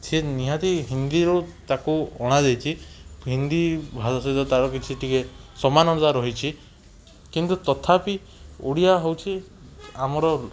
ସେ ନିହାତି ହିନ୍ଦିରୁ ତାକୁ ଅଣାଯାଇଛି ହିନ୍ଦି ଭାଷା ସହିତ ତାର କିଛି ଟିକିଏ ସମାନତା ରହିଛି କିନ୍ତୁ ତଥାପି ଓଡ଼ିଆ ହେଉଛି ଆମର